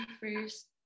first